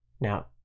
Now